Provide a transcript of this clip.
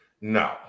No